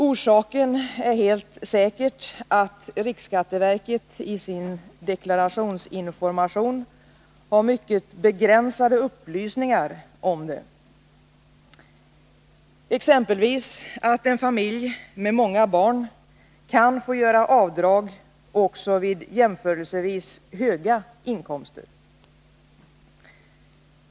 Orsaken är helt säkert att riksskatteverket i sin deklarationsinformation har mycket begränsade upplysningar om detta — exempelvis att en familj med många barn kan få göra avdrag också vid jämförelsevis höga inkomster.